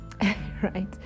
right